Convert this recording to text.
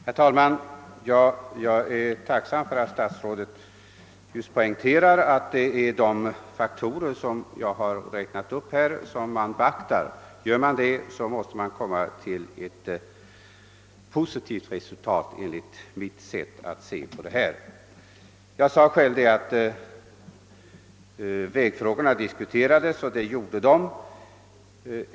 Herr talman! Jag är tacksam för att statsrådet poängterar att det är de faktorer jag räknat upp som kommer att beaktas vid planeringen av vägfrågorna. Då måste man enligt mitt sätt att se uppnå ett positivt resultat. Jag sade själv att vägfrågorna nyligen diskuterats här i riksdagen.